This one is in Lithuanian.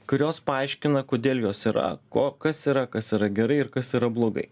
kurios paaiškina kodėl jos yra ko kas yra kas yra gerai ir kas yra blogai